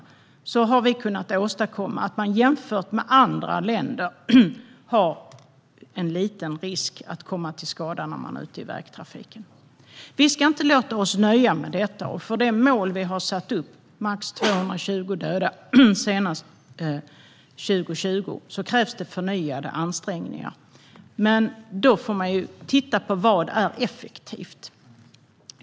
Genom detta har vi kunnat åstadkomma att man i Sverige jämfört med i andra länder löper liten risk att komma till skada när man är ute i vägtrafiken. Vi ska inte låta oss nöja med detta. För det mål vi har satt upp om max 220 döda senast år 2020 krävs förnyade ansträngningar. Men då får man se på vad som är effektivt.